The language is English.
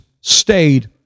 stayed